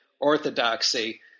orthodoxy